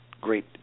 great